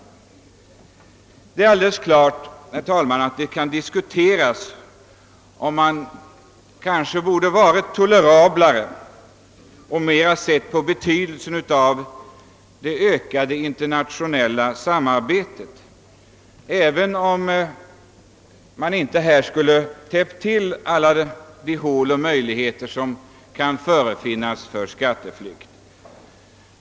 Det kan självfallet, herr talman, diskuteras om man inte borde ha varit tolerantare och mera skulle ha sett till betydelsen av det ökade internationella samarbetet, även om man härigenom inte hade lyckats täppa till alla de luckor i lagstiftningen som kan finnas för en skatteflykt.